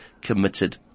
committed